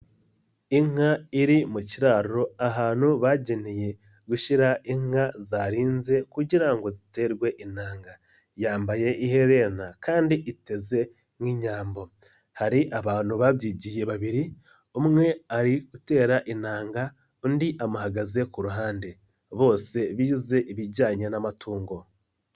Inka iri mu kiraro ahantu bageneye gushyira inka zarinze kugira ngo ziterwe intanga. Yambaye iherena kandi iteze nk'inyambo. Hari abantu babyigiye babiri, umwe ari gutera intanga, undi amuhagaze ku ruhande. Bose bize ibijyanye n'amatungo.